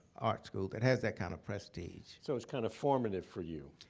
art school, that has that kind of prestige. so it's kind of informative for you?